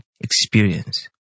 experience